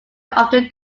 often